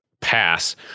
pass